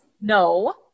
No